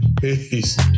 Peace